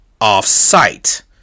off-site